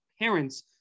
parents